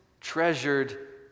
treasured